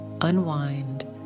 unwind